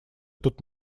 тут